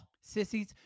Sissies